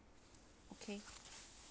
okay